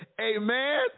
amen